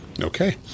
Okay